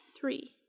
Three